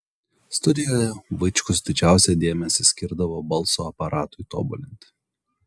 studijoje vaičkus didžiausią dėmesį skirdavo balso aparatui tobulinti